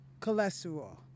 cholesterol